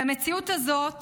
והמציאות הזאת